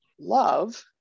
love